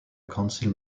council